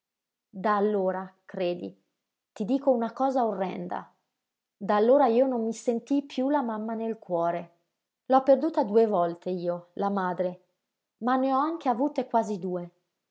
da allora credi ti dico una cosa orrenda da allora io non mi sentii piú la mamma nel cuore l'ho perduta due volte io la madre ma ne ho anche avute quasi due